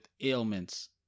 ailments